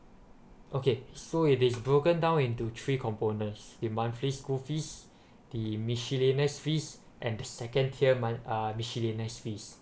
okay so it is broken down into three components the monthly school fees the miscellaneous fees and the second tier month uh miscellaneous fees